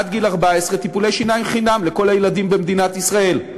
עד גיל 14 טיפולי שיניים חינם לכל הילדים במדינת ישראל.